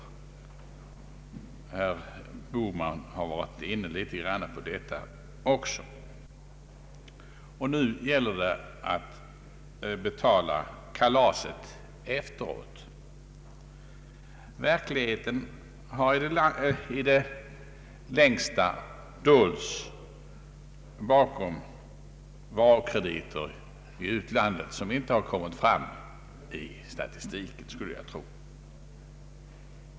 Herr Bohman har också något litet varit inne på detta. Nu gäller det att betala kalaset efteråt. Verkligheten har i det längsta dolts bakom varukrediter i utlandet, som jag skulle tro inte kommit fram i statistiken.